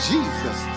Jesus